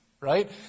right